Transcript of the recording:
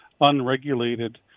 unregulated